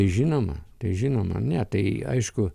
žinoma tai žinoma ne tai aišku